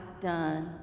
done